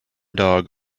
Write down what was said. dog